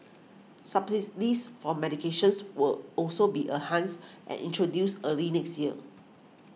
for medications will also be and introduced early next year